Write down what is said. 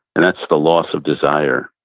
and that's the loss of desire.